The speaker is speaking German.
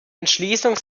entschließung